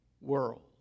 world